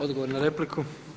Odgovor na repliku.